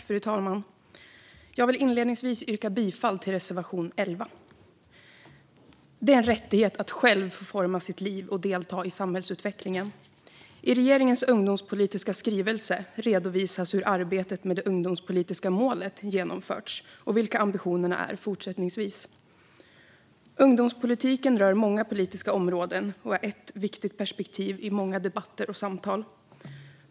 Fru talman! Jag vill inledningsvis yrka bifall till reservation 11. Det är en rättighet att själv få forma sitt liv och delta i samhällsutvecklingen. I regeringens ungdomspolitiska skrivelse redovisas hur arbetet med det ungdomspolitiska målet genomförts och vilka ambitionerna är fortsättningsvis. Ungdomspolitiken rör många politiska områden och är ett viktigt perspektiv i många debatter och samtal.